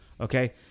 Okay